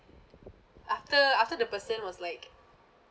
after after the person was like